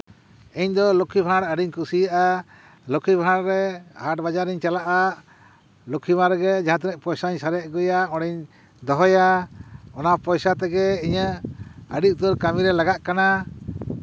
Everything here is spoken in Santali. ᱤᱧ ᱫᱚ ᱞᱚᱠᱠᱷᱤ ᱵᱷᱟᱬ ᱟᱹᱰᱤᱧ ᱠᱩᱥᱤᱭᱟᱜᱼᱟ ᱞᱚᱠᱠᱷᱤ ᱵᱷᱟᱬ ᱨᱮ ᱟᱴ ᱵᱟᱡᱟᱜ ᱨᱤᱧ ᱪᱟᱞᱟᱜᱼᱟ ᱞᱚᱠᱠᱷᱤ ᱵᱷᱟᱬ ᱨᱮ ᱡᱟᱦᱟᱸ ᱛᱤᱱᱟᱹᱜ ᱯᱚᱭᱥᱟᱧ ᱥᱟᱨᱮᱡ ᱟᱹᱜᱩᱭᱟ ᱫᱚᱦᱚᱭᱟ ᱚᱱᱟ ᱯᱚᱭᱥᱟ ᱛᱮᱜᱮ ᱤᱧᱟᱹᱜ ᱟᱹᱰᱤ ᱩᱛᱟᱹᱨ ᱠᱟᱹᱢᱤᱨᱮ ᱞᱟᱜᱟᱜ ᱠᱟᱱᱟ